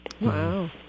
Wow